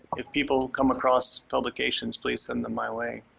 if people come across publications, please send them my way.